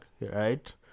right